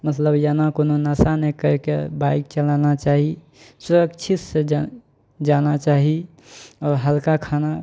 मतलब जेना कोनो नशा नहि करि कए बाइक चलाना चाही सुरक्षितसँ जा जाना चाही आओर हल्का खाना